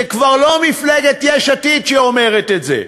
זה כבר לא מפלגת יש עתיד שאומרת את זה.